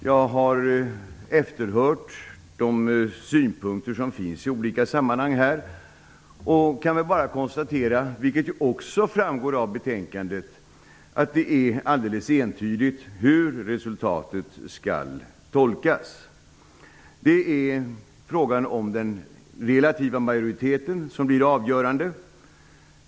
Jag har efterhört de synpunkter som finns i olika sammanhang och kan bara konstatera, vilket också framgår av betänkandet, att det är alldeles entydigt hur resultatet skall tolkas. Det är den relativa majoriteten som blir avgörande.